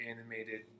animated